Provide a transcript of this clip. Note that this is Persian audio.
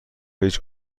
هیچ